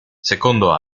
secondo